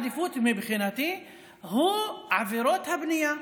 סליחה, סדר העדיפויות מבחינתי הוא עבירות הבנייה,